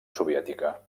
soviètica